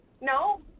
No